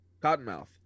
Cottonmouth